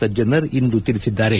ಸಜ್ಲನರ್ ಇಂದು ತಿಳಿಸಿದ್ದಾರೆ